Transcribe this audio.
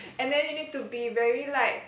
and then you need to be very like